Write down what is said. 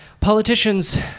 politicians